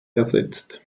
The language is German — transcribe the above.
ersetzt